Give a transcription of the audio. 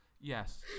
Yes